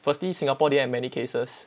firstly singapore didn't have many cases